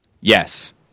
Yes